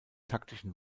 taktischen